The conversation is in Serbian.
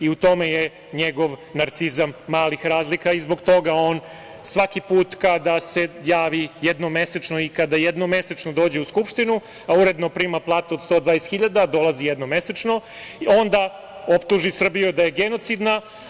I u tome je njegov „narcizam malih razlika“ i zbog toga on svaki put kada se javi jednom mesečno i kada jednom mesečno dođe u Skupštinu, a uredno prima platu od 120.000, dolazi jednom mesečno, onda optuži Srbiju da je genocidna.